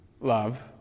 Love